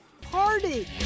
Party